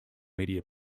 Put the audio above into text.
media